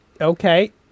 Okay